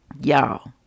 Y'all